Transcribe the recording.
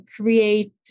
create